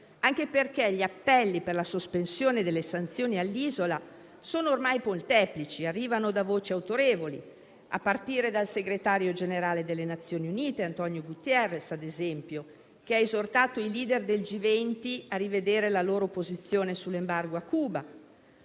di Cuba. Gli appelli per la sospensione delle sanzioni all'isola sono ormai molteplici e arrivano da voci autorevoli, a partire dal segretario generale delle Nazioni Unite António Guterres, che ha esortato i *leader* del G20 a rivedere la loro posizione sull'embargo a Cuba.